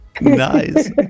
Nice